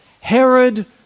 Herod